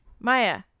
Maya